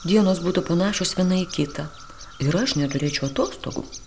dienos būtų panašios viena į kitą ir aš neturėčiau atostogų